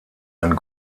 ein